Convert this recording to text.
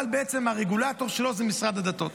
אבל הרגולטור שלהן הוא משרד הדתות.